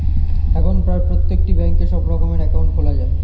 এখন প্রায় প্রত্যেকটি ব্যাঙ্কে সব রকমের অ্যাকাউন্ট খোলা যায়